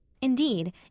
Indeed